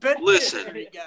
listen